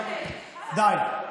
די.